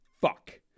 fuck